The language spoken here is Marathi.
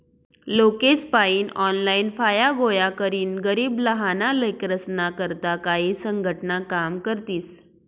लोकेसपायीन ऑनलाईन फाया गोया करीन गरीब लहाना लेकरेस्ना करता काई संघटना काम करतीस